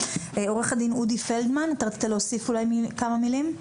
עורך הדין אודי פלדמן, אתה רצית להוסיף כמה מילים?